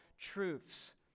truths